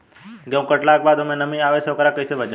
गेंहू कटला के बाद ओमे नमी आवे से ओकरा के कैसे बचाई?